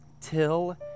till